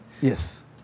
Yes